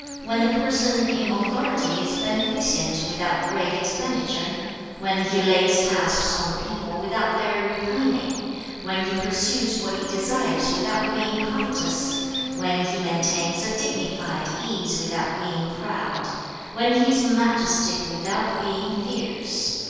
when the person in authority is beneficent without great expenditure when he lays tasks on the people without their repining when he pursues what he desires without being covetous when he maintains a dignified ease without being proud when he is majestic without being fierce